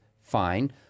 fine